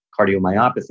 cardiomyopathy